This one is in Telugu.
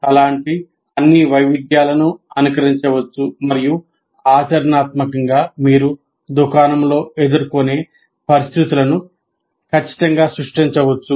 అలాంటి అన్ని వైవిధ్యాలను అనుకరించవచ్చు మరియు ఆచరణాత్మకంగా మీరు దుకాణంలో ఎదుర్కొనే పరిస్థితులను ఖచ్చితంగా సృష్టించవచ్చు